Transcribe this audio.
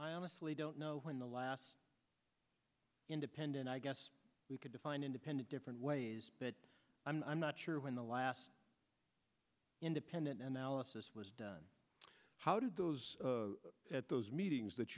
i honestly don't know when the last independent i guess we could define independent different ways but i'm not sure when the last independent analysis was done how did those at those meetings that